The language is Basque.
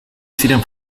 ziren